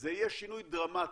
זה יהיה שינוי דרמטי.